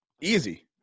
easy